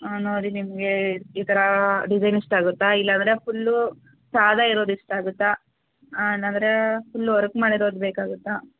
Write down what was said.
ಹಾಂ ನೋಡಿ ನಿಮಗೆ ಈ ಥರ ಡಿಸೈನ್ ಇಷ್ಟ ಆಗುತ್ತಾ ಇಲ್ಲಾಂದರೆ ಫುಲ್ಲು ಸಾದಾ ಇರೋದು ಇಷ್ಟ ಆಗುತ್ತಾ ಹಾಂ ಇಲ್ಲಾಂದರೆ ಫುಲ್ಲು ವರ್ಕ್ ಮಾಡಿರೋದು ಬೇಕಾಗುತ್ತಾ